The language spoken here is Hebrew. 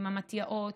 עם המתי"אות,